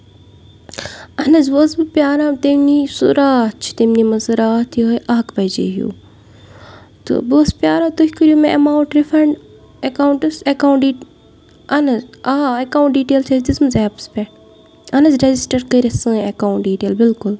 اَہن حظ ووں ٲسٕس بہٕ پیران تٔمۍ نی سُہ راتھ چھِ تٔمۍ نِمژٕ سُہ راتھ یہوے اکھ بَجے ہیٚو تہٕ بہٕ ٲسٕس پیران تُہۍ کٔرو مےٚ ایمَونٹ رِفنڈ ایکوٹَس ایکَونٹ ڈِٹ اَہن حظ آ ایکوُنٹ ڈِٹیل چھِ اَسہِ دِژمٕژ ایپَس پٮ۪ٹھ اَہن حظ ریجِسٹر کٔرتھ سوٚے ایکوُنٹ ڈِٹیل اَہن حظ بِلکُل